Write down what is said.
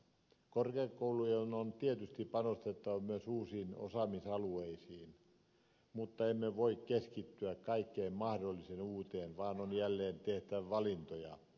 korkeakoulujen on tietysti panostettava myös uusiin osaamisalueisiin mutta emme voi keskittyä kaikkeen mahdolliseen uuteen vaan on jälleen tehtävä valintoja